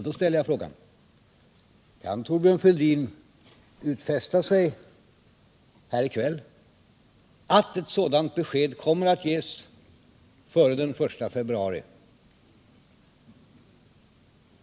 Då ställer jag frågan: Kan Thorbjörn Fälldin här i kväll utfästa att ett sådant besked kommer att ges före den 1 februari?